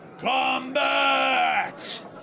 combat